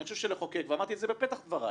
אני חושב שלחוקק, ואמרתי את זה בפתח דבריי,